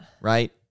Right